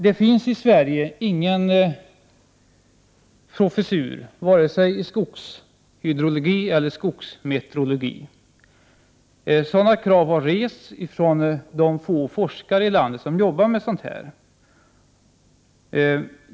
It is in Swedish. Det finns i Sverige ingen professur i vare sig skogshydrologi eller skogsmeteorologi. Krav på sådana har rests från de få forskare som jobbar med det här.